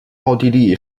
奥地利